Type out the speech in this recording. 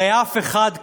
הרי אף אחד כאן,